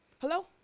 Hello